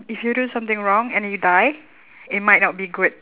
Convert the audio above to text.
if you do something wrong and you die it might not be good